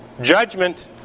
Judgment